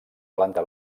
planta